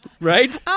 Right